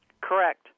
Correct